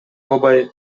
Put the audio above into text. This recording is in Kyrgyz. албай